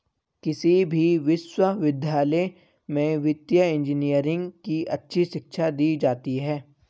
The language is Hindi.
किसी भी विश्वविद्यालय में वित्तीय इन्जीनियरिंग की अच्छी शिक्षा दी जाती है